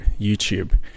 YouTube